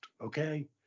okay